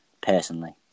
personally